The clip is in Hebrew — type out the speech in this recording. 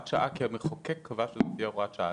שעה כי המחוקק קבע שזו תהיה הוראת שעה.